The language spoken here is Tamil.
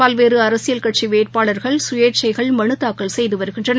பல்வேறுஅரசியல் கட்சிவேட்பாளர்கள் சுயேச்சைகள் மனுதாக்கல் செய்துவருகின்றனர்